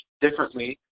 differently